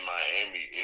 Miami